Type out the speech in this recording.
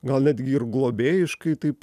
gal netgi ir globėjiškai taip